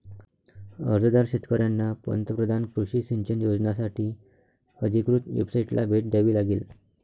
अर्जदार शेतकऱ्यांना पंतप्रधान कृषी सिंचन योजनासाठी अधिकृत वेबसाइटला भेट द्यावी लागेल